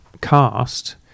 cast